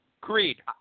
Creed